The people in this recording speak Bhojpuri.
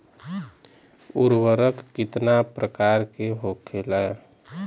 उर्वरक कितना प्रकार के होखेला?